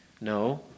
No